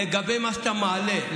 לגבי מה שאתה מעלה,